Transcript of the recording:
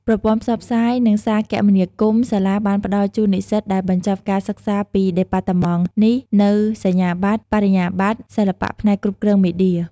ប្រព័ន្ធផ្សព្វផ្សាយ និងសារគមនាគមន៍ សាលាបានផ្តល់ជូននិស្សិតដែលបញ្ចប់ការសិក្សាពីដេប៉ាតឺម៉ង់នេះនូវសញ្ញាបត្របរិញ្ញាបត្រសិល្បៈផ្នែកគ្រប់គ្រងមេឌៀ ។